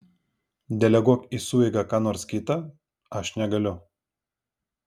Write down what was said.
deleguok į sueigą ką nors kitą aš negaliu